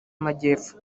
amajyepfo